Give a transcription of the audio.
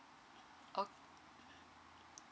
okay